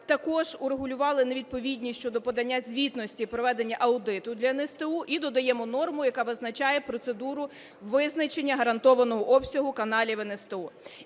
Також урегулювали невідповідність щодо подання звітності проведення аудиту для НСТУ. І додаємо норму, яка визначає процедуру визначення гарантованого обсягу каналів НСТУ.